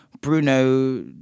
Bruno